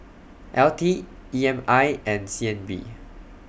L T E M I and C N B